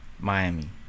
Miami